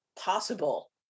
possible